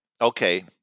Okay